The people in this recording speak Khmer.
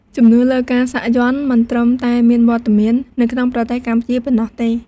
ជំនឿលើការសាក់យ័ន្តមិនត្រឹមតែមានវត្តមាននៅក្នុងប្រទេសកម្ពុជាប៉ុណ្ណោះទេ។